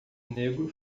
negro